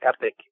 epic